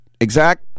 exact